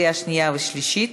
קריאה שנייה ושלישית.